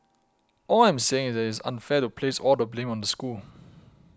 all I am saying is that it is unfair to place all the blame on the school